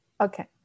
Okay